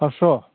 पास्स'